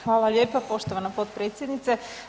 Hvala lijepa poštovana potpredsjednice.